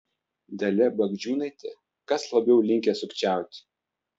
dalia bagdžiūnaitė kas labiau linkęs sukčiauti